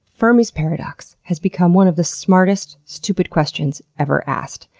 fermi's paradox, has become one of the smartest stupid questions ever asked.